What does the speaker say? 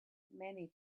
many